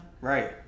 right